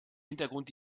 hintergrund